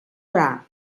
gra